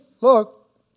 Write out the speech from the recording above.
Look